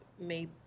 made